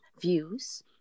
views